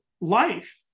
life